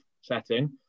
setting